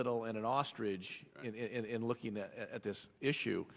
little and an ostrich in looking at this issue